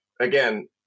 again